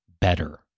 better